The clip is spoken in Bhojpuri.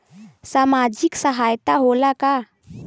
सामाजिक सहायता होला का?